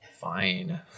Fine